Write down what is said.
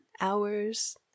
hours